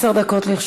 עשר דקות לרשותך.